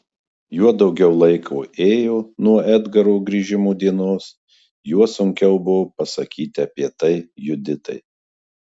juo daugiau laiko ėjo nuo edgaro grįžimo dienos juo sunkiau buvo pasakyti apie tai juditai